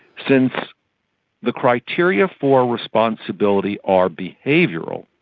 since the criteria for responsibility are behavioural,